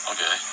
Okay